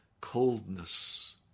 coldness